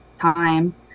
time